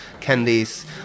candies